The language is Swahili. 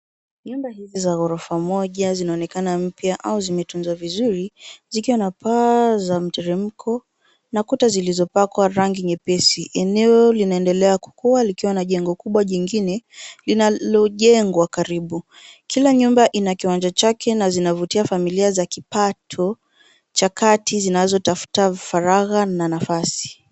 Nyumba hizi za gorofa moja zinaonekana mpya au zimetunzwa vizuri, zikiwa na paa za mteremko na kuta zilizopakwa rangi nyepesi. Eneo linaendelea kukua, likiwa na jengo kubwa jingine linalojengwa karibu. Kila nyumba ina kiwanja chake, na zinavutia familia za kipato cha kati zinazotafuta faraja na nafasi.